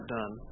done